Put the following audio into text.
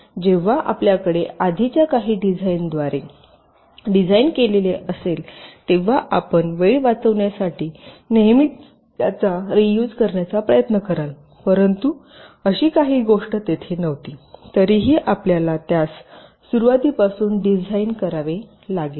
म्हणूनच जेव्हा आपल्याकडे आधीच्या काही डिझाइनरद्वारे डिझाइन केलेले असेल तेव्हा आपण वेळ वाचविण्यासाठी नेहमीच त्याचा रीयूज करण्याचा प्रयत्न कराल परंतु अशी काही गोष्ट तेथे नव्हती तरीही आपल्याला त्यास सुरवातीपासून डिझाइन करावे लागेल